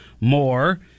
more